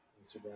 Instagram